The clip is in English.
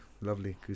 Lovely